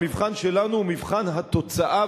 המבחן שלנו הוא מבחן התוצאה,